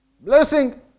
Blessing